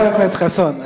חבר הכנסת חסון.